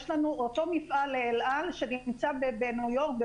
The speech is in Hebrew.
יש לנו אותו מפעל לאל על שנמצא בניו יורק,